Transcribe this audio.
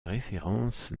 référence